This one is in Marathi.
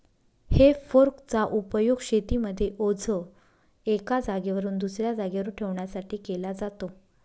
हे फोर्क चा उपयोग शेतीमध्ये ओझ एका जागेवरून दुसऱ्या जागेवर ठेवण्यासाठी केला जातो